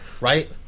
Right